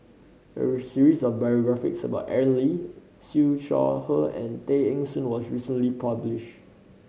a series of biographies about Aaron Lee Siew Shaw Her and Tay Eng Soon was recently published